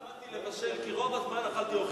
בשאיפה למטבח כשר